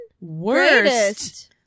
worst